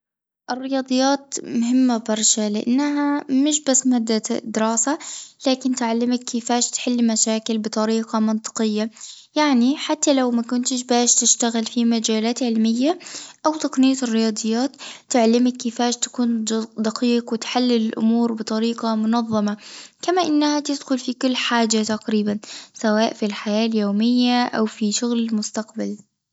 الرياضيات مهمة برشا لإنها مش بس مادة الدراسة، لكن تعلمك كيفيش تحلي مشاكل بطريقة منطقية، يعني حتى لو ما كنتش باش تشتغل في مجالات علمية أو تقنية الرياضيات تعلمك كيفيش تكون دقيق وتحلل الأمور بطريقة منظمة، كما إنها تدخل في كل حاجة تقريبًا، سواء في الحياة اليومية أو في شغل المستقبل.